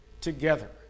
together